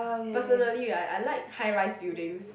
personally right I like high-rise buildings